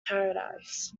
paradise